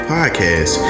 Podcast